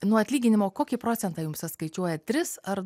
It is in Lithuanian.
nuo atlyginimo kokį procentą jums atskaičiuoja tris ar